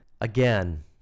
Again